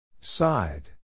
side